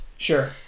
Sure